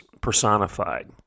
personified